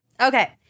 Okay